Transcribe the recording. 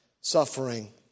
suffering